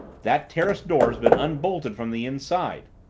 that terrace door's been unbolted from the inside.